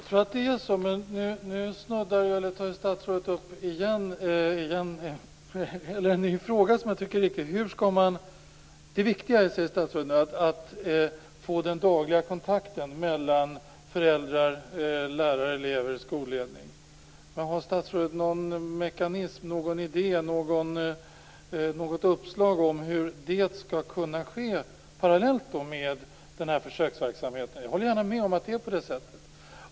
Fru talman! Jag tror att det är så. Men nu tar statsrådet upp en ny fråga som jag tycker är viktig. Statsrådet säger nu att det viktiga är att få den dagliga kontakten mellan föräldrar, lärare, elever och skolledning. Har statsrådet någon idé om hur det skall kunna ske parallellt med denna försöksverksamhet? Jag håller gärna med om att det är på det sättet.